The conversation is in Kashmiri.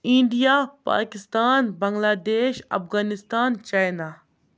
India Pakistan Bangladesh Afghanistan China